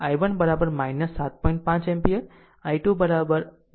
5 ampere I2 2